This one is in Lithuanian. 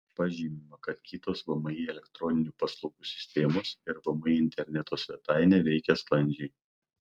pažymima kad kitos vmi elektroninių paslaugų sistemos ir vmi interneto svetainė veikia sklandžiai